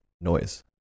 noise